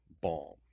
bomb